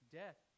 death